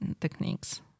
techniques